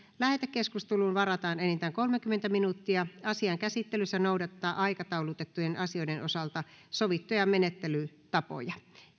lähetekeskusteluun varataan enintään kolmekymmentä minuuttia asian käsittelyssä noudatetaan aikataulutettujen asioiden osalta sovittuja menettelytapoja